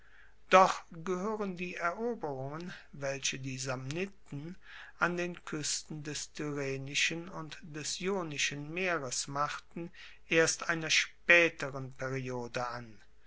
doch gehoeren die eroberungen welche die samniten an den kuesten des tyrrhenischen und des ionischen meeres machten erst einer spaeteren periode an